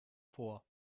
vor